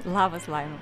labas laima